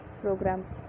programs